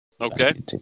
Okay